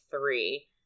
three